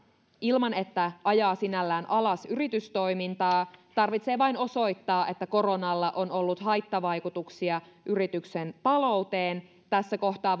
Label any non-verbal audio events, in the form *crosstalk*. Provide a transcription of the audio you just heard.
ilman että ajaa sinällään alas yritystoimintaa tarvitsee vain osoittaa että koronalla on ollut haittavaikutuksia yrityksen talouteen tässä kohtaa *unintelligible*